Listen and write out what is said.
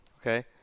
Okay